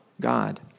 God